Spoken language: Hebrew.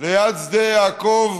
ליד שדה יעקב,